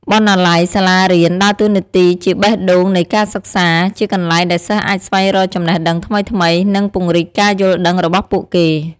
បណ្ណាល័យសាលារៀនដើរតួនាទីជាបេះដូងនៃការសិក្សា ជាកន្លែងដែលសិស្សអាចស្វែងរកចំណេះដឹងថ្មីៗ និងពង្រីកការយល់ដឹងរបស់ពួកគេ។